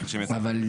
אבל,